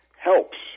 helps